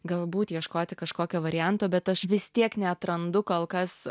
galbūt ieškoti kažkokio varianto bet aš vis tiek neatrandu kol kas